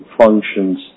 functions